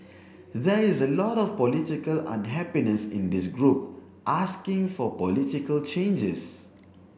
there is a lot of political unhappiness in this group asking for political changes